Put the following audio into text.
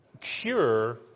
cure